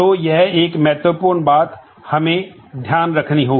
तो यह एक महत्वपूर्ण बात हमें ध्यान रखनी होगी